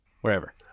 wherever